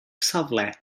safle